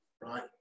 right